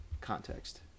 context